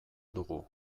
dugu